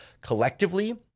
collectively